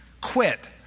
quit